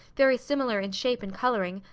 very similar in shape and colouring,